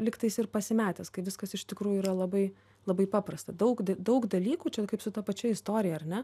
lygtais ir pasimetęs kai viskas iš tikrųjų yra labai labai paprasta daug daug dalykų čia kaip su ta pačia istorija ar ne